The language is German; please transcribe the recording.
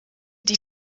die